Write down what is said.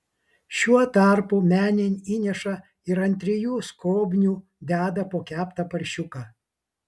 šiuo tarpu menėn įneša ir ant trijų skobnių deda po keptą paršiuką